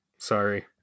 Sorry